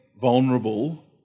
vulnerable